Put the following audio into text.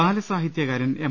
ബാലസാഹിത്യകാരൻ M